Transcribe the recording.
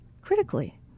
critically